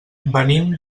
venim